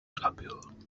appealed